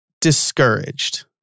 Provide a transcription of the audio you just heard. discouraged